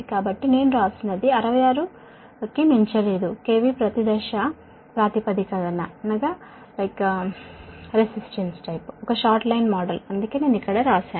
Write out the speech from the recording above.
కాబట్టి నేను వ్రాసినది 66 కి మించలేదు KV ప్రతి ఫేజ్ ప్రాతిపదికన ఒక షార్ట్ లైన్ మోడల్ అందుకే నేను ఇక్కడ వ్రాశాను